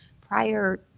prior